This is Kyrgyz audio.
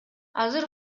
азыр